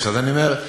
תיתנו לה את הסעיף.